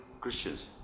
Christians